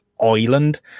island